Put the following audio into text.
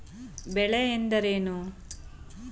ಬೆಳೆ ಎಂದರೇನು?